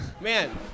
Man